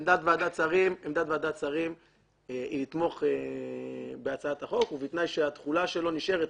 עמדת ועדת שרים היא לתמוך בהצעת החוק ובתנאי שהתחולה שלו נשארת